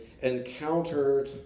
encountered